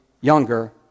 younger